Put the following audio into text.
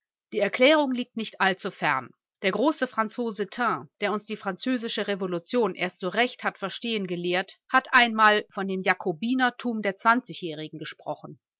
die erklärung liegt nicht zu fern der große franzose taine der uns die französische revolution erst so recht hat verstehen gelehrt hat einmal von dem jakobinertum der zwanzigjährigen gesprochen